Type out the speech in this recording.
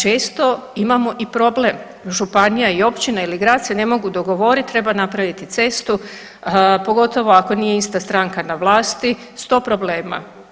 Često imamo i problem, županija i općina ili grad se ne mogu dogovorit, treba napraviti cestu, pogotovo ako nije ista stranaka na vlasti 100 problema.